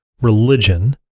religion